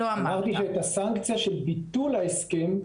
אמרתי שאת הסנקציה של ביטול ההסכם,